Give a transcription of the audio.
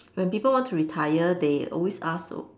when people want to retire they always ask